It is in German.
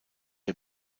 der